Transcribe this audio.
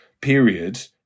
period